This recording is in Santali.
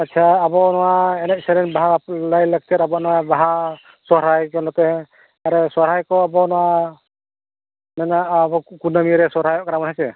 ᱟᱪᱪᱷᱟ ᱟᱵᱚ ᱱᱚᱣᱟ ᱮᱱᱮᱡ ᱥᱮᱨᱮᱧ ᱵᱟᱦᱟ ᱞᱟᱭ ᱞᱟᱠᱪᱟᱨ ᱟᱵᱚᱣᱟᱜ ᱱᱚᱣᱟ ᱵᱟᱦᱟ ᱥᱚᱨᱦᱟᱭ ᱠᱚ ᱱᱚᱛᱮ ᱨᱮ ᱥᱚᱨᱦᱟᱭ ᱠᱚ ᱟᱵᱚᱣᱟᱜ ᱱᱚᱣᱟ ᱢᱮᱱᱟᱜᱼᱟ ᱟᱵᱚ ᱱᱚᱣᱟ ᱢᱮᱱᱟᱜᱼᱟ ᱠᱩᱰᱟᱹ ᱤᱭᱟᱹ ᱨᱮ ᱥᱚᱨᱦᱟᱭᱚᱜ ᱠᱟᱱᱟ ᱵᱚᱱ ᱦᱮᱸ ᱥᱮ